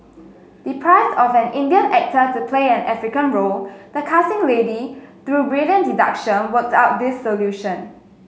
deprived of an Indian actor to play an African role the casting lady through brilliant deduction worked out this solution